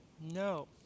No